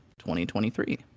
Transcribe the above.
2023